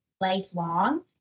lifelong